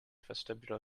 vestibular